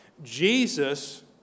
Jesus